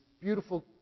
beautiful